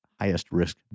highest-risk